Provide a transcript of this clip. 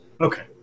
Okay